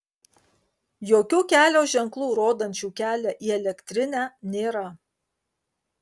jokių kelio ženklų rodančių kelią į elektrinę nėra